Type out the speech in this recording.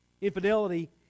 Infidelity